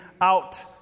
out